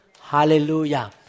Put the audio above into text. Hallelujah